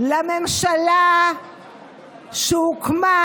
לממשלה שהוקמה